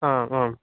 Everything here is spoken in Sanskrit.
आम् आम्